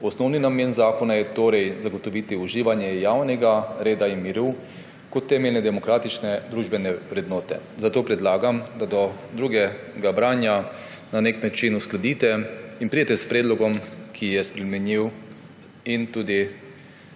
Osnovni namen zakona je torej zagotoviti uživanje javnega reda in miru kot temeljne demokratične družbene vrednote. Zato predlagam, da do drugega branja na nek način uskladite in pridete s predlogom, ki bo sprejemljiv in